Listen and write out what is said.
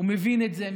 הוא מבין את זה.